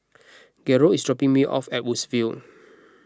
Garold is dropping me off at Woodsville